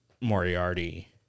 Moriarty